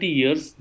years